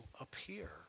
appear